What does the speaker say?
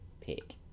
pick